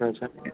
अच्छा